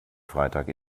freitag